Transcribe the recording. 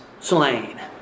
slain